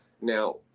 Now